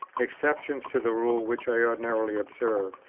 exceptions to the rule which i ordinarily observed,